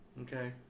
Okay